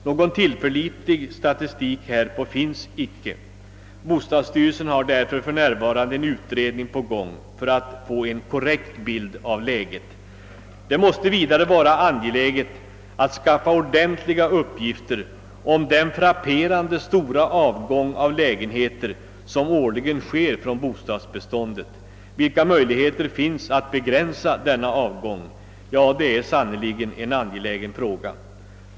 Någon tillförlitlig statistik i det avseendet finns icke. Bostadsstyrelsen har därför just nu en utredning på gång för att få en korrekt bild av läget. Det måste vidare vara angeläget att skaffa ordentliga uppgifter om den frapperande stora avgång av lägenheter som årligen sker från bostadsbeståndet. Vilka möjligheter finns att begränsa denna avgång? Ja, det är sannerligen en angelägen fråga.